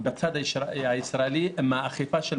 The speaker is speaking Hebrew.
בצד הישראלי, עם האכיפה.